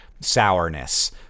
sourness